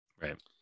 right